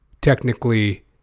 technically